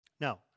Now